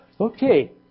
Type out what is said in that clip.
Okay